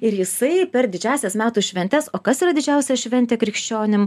ir jisai per didžiąsias metų šventes o kas yra didžiausia šventė krikščionim